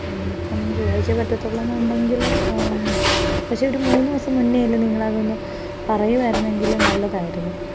ഇനി ഇപ്പം ചൊവ്വാഴ്ച്ചയെ പറ്റത്തുള്ളൂ എന്നുണ്ടെങ്കിൽ പക്ഷെ ഒരു മൂന്നു ദിവസം മുന്നേലും നിങ്ങൾ അതൊന്ന് പറയുവായിരുന്നെങ്കിൽ നല്ലതായിരുന്നു